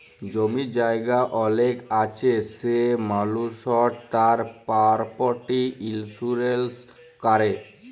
জমি জায়গা অলেক আছে সে মালুসট তার পরপার্টি ইলসুরেলস ক্যরে